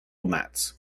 mats